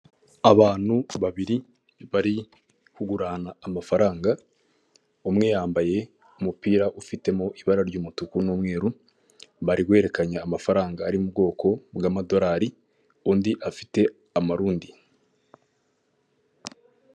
Abantu babiri bari kugurana amafaranga, umwe yambaye umupira ufitemo ibara ry’umutuku n’umweru; bari guherekanye amafaranga ari mu bwoko bw’amadorari, undi afite amarundi.